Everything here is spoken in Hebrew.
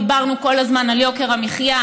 דיברנו כל הזמן על יוקר המחיה.